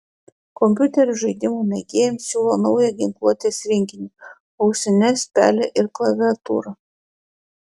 kompiuterių žaidimų mėgėjams siūlo naują ginkluotės rinkinį ausines pelę ir klaviatūrą